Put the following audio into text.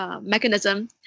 mechanism